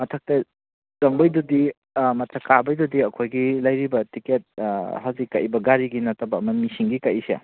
ꯃꯊꯛꯇ ꯆꯪꯕꯩꯗꯨꯗꯤ ꯑꯥ ꯃꯊꯛ ꯀꯥꯕꯩꯗꯨꯗꯤ ꯑꯩꯈꯣꯏꯒꯤ ꯂꯩꯔꯤꯕ ꯇꯤꯛꯀꯦꯠ ꯍꯧꯖꯤꯛ ꯀꯛꯏꯕ ꯒꯥꯔꯤꯒꯤ ꯅꯠꯇꯕ ꯑꯃ ꯃꯤꯁꯤꯡꯒꯤ ꯀꯛꯏꯁꯦ